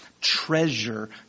treasure